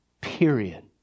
period